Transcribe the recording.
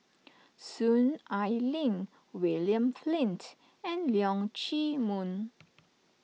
Soon Ai Ling William Flint and Leong Chee Mun